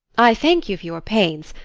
i thank you for your pains.